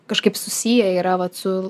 kažkaip susiję yra vat su